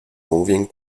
moving